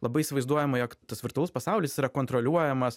labai įsivaizduojama jog tas virtualus pasaulis yra kontroliuojamas